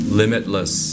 limitless